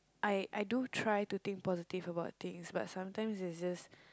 I I do try to think positive about things but sometimes is just